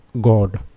God